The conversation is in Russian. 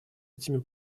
этими